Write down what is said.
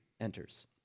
enters